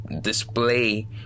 display